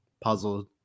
puzzled